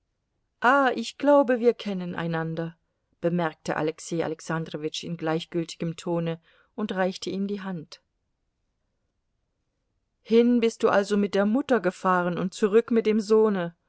ah ich glaube wir kennen einander bemerkte alexei alexandrowitsch in gleichgültigem tone und reichte ihm die hand hin bist du also mit der mutter gefahren und zurück mit dem sohne